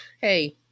hey